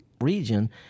region